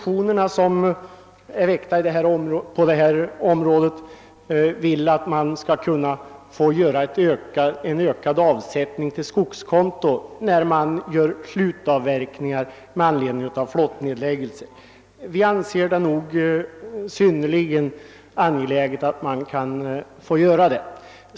I de väckta motionerna föreslås att det skall få göras en ökad avsättning till skogskonto vid slutavverkningar med anledning av flottledsnedläggningar. Vi reservanter anser det synnerligen angeläget att en sådan ökad avsättning får göras.